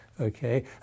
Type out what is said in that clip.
okay